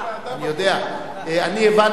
הבנתי,